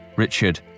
Richard